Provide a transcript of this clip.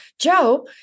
Joe